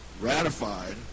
ratified